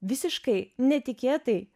visiškai netikėtai